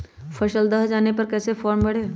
फसल दह जाने पर कैसे फॉर्म भरे?